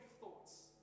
thoughts